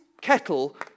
kettle